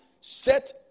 set